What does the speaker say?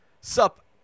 sup